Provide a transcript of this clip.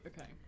okay